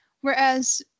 Whereas